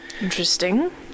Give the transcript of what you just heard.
Interesting